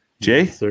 Jay